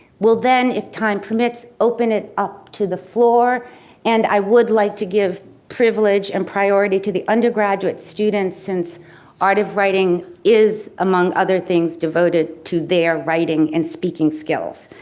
we'll then if time permits open it up to the floor and i would like to give privilege and priority to the undergraduate students since art of writing is among other things devoted to their writing and speaking skills.